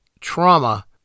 trauma